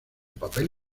papel